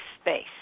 space